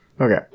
Okay